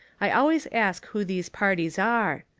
i always ask who these parties are.